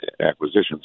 acquisitions